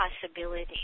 possibility